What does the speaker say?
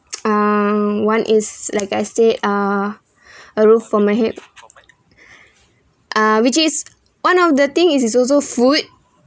uh one is like I said uh a roof for my head uh which is one of the thing is is also food